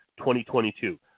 2022